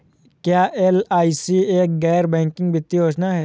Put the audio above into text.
क्या एल.आई.सी एक गैर बैंकिंग वित्तीय योजना है?